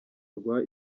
rwa